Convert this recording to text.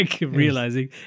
realizing